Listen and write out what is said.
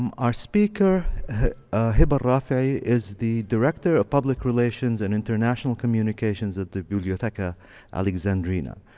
um our speaker heba el-rafey is the director of public relations and international communications of the bibliotheca alexandrina.